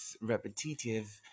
repetitive